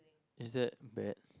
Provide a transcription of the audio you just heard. is that bad